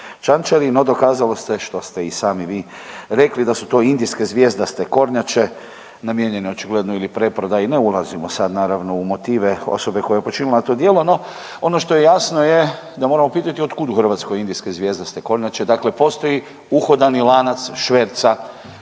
čančari, no dokazalo se što ste i sami vi rekli da su to indijske zvjezdaste kornjače namijenjene očigledno ili preprodaji, ne ulazimo sad naravno u motive osobe koja je počinila to djelo. No, ono što je jasno da moramo pitati od kud u Hrvatskoj indijske zvjezdaste kornjače. Dakle, postoji uhodani lanac šverca divljim